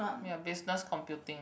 ya business computing